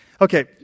Okay